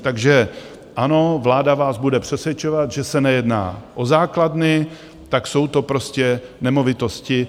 Takže ano, vláda vás bude přesvědčovat, že se nejedná o základny, tak jsou to prostě nemovitosti.